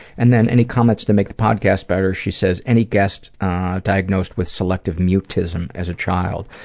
and then, any comments to make the podcast better, she says any guests diagnosed with selective mutism as a child.